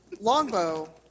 longbow